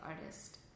artist